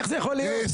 איך זה יכול להיות?